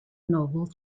noble